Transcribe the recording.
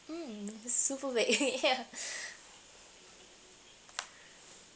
mm super big ya